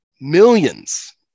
millions